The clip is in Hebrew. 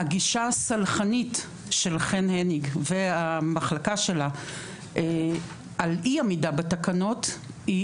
הגישה הסלחנית של חן הניג והמחלקה שלה על אי עמידה בתקנות היא